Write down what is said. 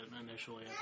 initially